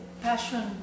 Passion